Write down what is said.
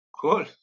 Cool